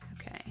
Okay